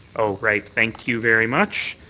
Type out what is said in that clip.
ah right, thank you very much.